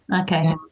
Okay